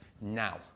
now